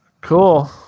Cool